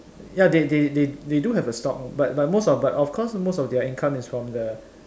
ya they they they they do have a stock but most of but of course most of their income is from the